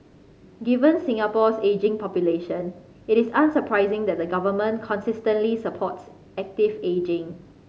given Singapore's ageing population it is unsurprising that the government consistently supports active ageing